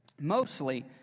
Mostly